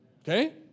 Okay